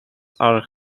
are